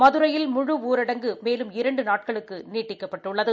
மதுரையில் முழு ஊரடங்கு மேலும் இரண்டு நாட்களுக்கு நீட்டிக்கப்பட்டுள்ளது